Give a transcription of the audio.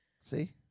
See